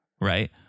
right